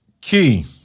Key